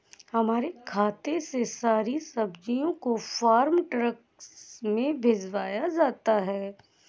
हमारे खेत से सारी सब्जियों को फार्म ट्रक में भिजवाया जाता है